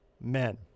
men